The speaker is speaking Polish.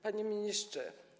Panie Ministrze!